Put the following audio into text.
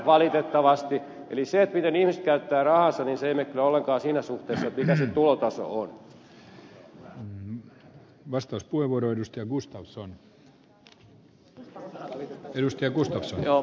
eli se miten ihmiset käyttävät rahansa ei mene kyllä ollenkaan siinä suhteessa mikä se tulotaso on